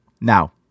Now